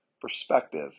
perspective